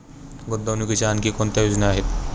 गुंतवणुकीच्या आणखी कोणत्या योजना आहेत?